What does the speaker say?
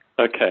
Okay